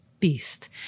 beast